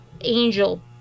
angel